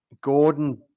Gordon